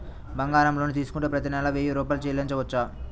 బంగారం లోన్ తీసుకుంటే ప్రతి నెల వెయ్యి రూపాయలు చెల్లించవచ్చా?